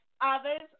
others